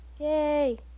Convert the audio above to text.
Yay